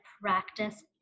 practice